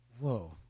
Whoa